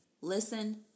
Listen